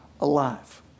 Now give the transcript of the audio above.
alive